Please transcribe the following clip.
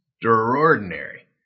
extraordinary